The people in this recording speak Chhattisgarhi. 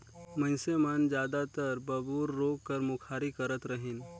मइनसे मन जादातर बबूर रूख कर मुखारी करत रहिन